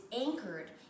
anchored